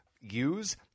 use